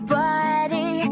body